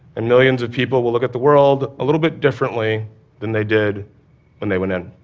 and millions of people will look at the world a little bit differently than they did when they went in.